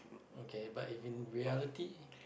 okay but if in reality